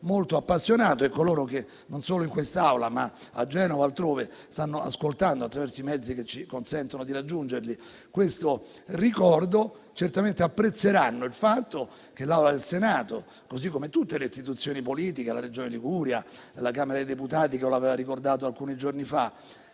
molto appassionato. Coloro che non solo in quest'Aula, ma a Genova e altrove, ci stanno ascoltando attraverso i mezzi che ci consentono di raggiungerli, apprezzeranno certamente questo ricordo da parte dell'Aula del Senato, così come di tutte le istituzioni politiche, tra cui la Regione Liguria e la Camera dei deputati, che lo aveva ricordato alcuni giorni fa.